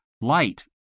light